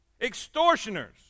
extortioners